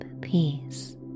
peace